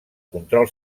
control